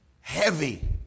heavy